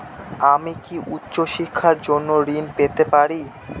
আমি কি উচ্চ শিক্ষার জন্য ঋণ পেতে পারি?